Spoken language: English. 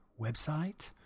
website